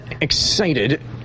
excited